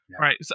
right